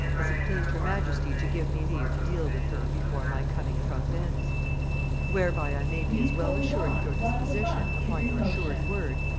as it pleased her majesty to give me leave to deal with her before my coming from thence whereby i may be as well assured of your disposition, upon your assured word,